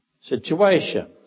situation